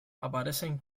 aparecen